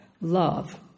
love